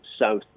south